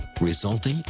resulting